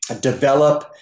develop